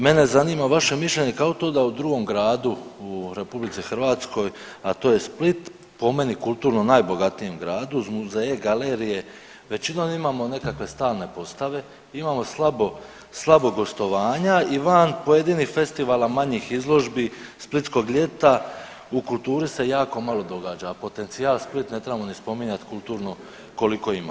Mene zanima vaše mišljenje kako to da u drugom gradu u RH, a to je Split po meni kulturno najbogatijem gradu uz muzeje, galerije većinom imamo nekakve stalne postave, imamo slabo, slabo gostovanja i van pojedinih festivala, manjih izložbi, Splitskog ljeta u kulturi se jako malo događa, a potencijal Splita ne trebamo ni spominjati kulturno koliko ima.